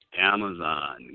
Amazon